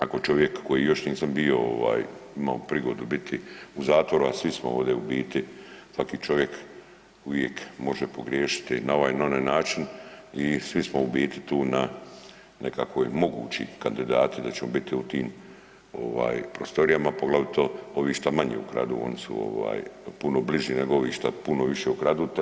Ako čovjek koji još nisam bio, imao prigodu biti u zatvoru a svi smo ovdje u biti, svaki čovjek uvijek može pogriješiti na ovaj ili onaj način i svi smo u biti tu na nekakvi mogući kandidati da ćemo biti u tim prostorijama poglavito oni što manju ukradu, oni su puno bliži nego ovi šta puno više ukradu.